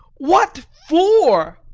what for?